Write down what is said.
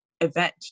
event